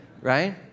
Right